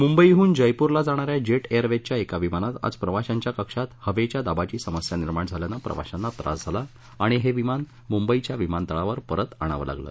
मुंबईहून जयपूरला जाणा या जेट एअरवेजच्या एका विमानात आज प्रवाशांच्या कक्षात हवेच्या दाबाची समस्या निर्माण झाल्यानं प्रवाशांना त्रास झाला आणि हे विमान मुंबईच्या विमानतळावर परत आणावं लागलं